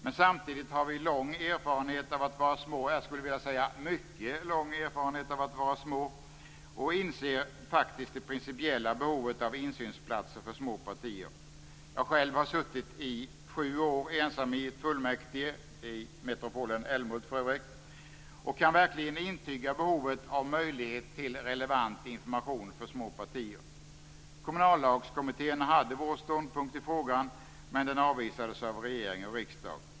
Men samtidigt har vi mycket lång erfarenhet av att vara små och inser faktiskt det principiella behovet av insynsplatser för små partier. Jag har själv under sju år suttit ensam i fullmäktige i metropolen Älmhult och kan verkligen intyga behovet av möjlighet till relevant information för små partier. Kommunallagskommittén hade vår ståndpunkt i frågan, men den avvisades av regering och riksdag.